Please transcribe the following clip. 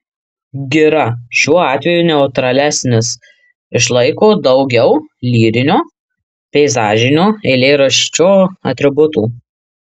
gira šiuo atveju neutralesnis išlaiko daugiau lyrinio peizažinio eilėraščio atributų